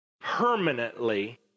permanently